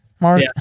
Mark